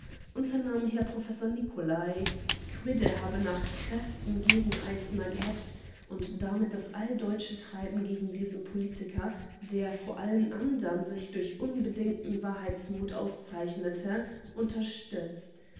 unternahm herr prof nicolai quidde habe nach kräften gegen eisner gehetzt und damit das alldeutsche treiben gegen diesen politiker der vor allen andern sich durch unbedingten wahrheitsmut auszeichnete unterstützt